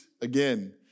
again